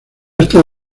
esta